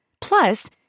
Plus